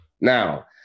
Now